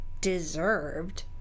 deserved